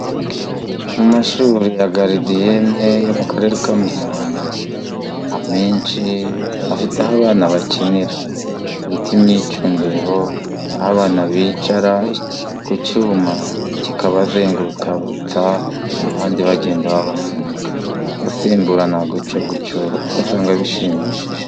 Mu mashuri ya garidiyene yo mu Karere ka Musanze amenshi afite aho abana bakinira bita imyicundiriro. Aho abana bicara ku cyuma kikabazengurutsa abandi bagenda babasunika, basimburana gutyo gutyo ugasanga bishimishije.